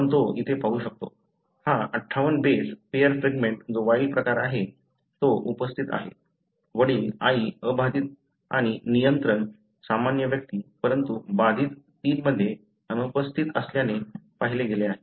आपण तो इथे पाहू शकतो हा 58 बेस पेअर फ्रॅगमेंट जो वाइल्ड प्रकार आहे तो उपस्थित आहे वडील आई अबाधित आणि नियंत्रण सामान्य व्यक्ती परंतु बाधित तीनमध्ये अनुपस्थित असल्याचे पाहिले गेले